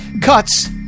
cuts